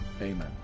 amen